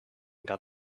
got